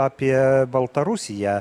apie baltarusiją